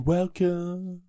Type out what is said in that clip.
Welcome